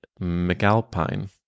McAlpine